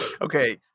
Okay